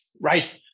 Right